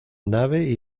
nave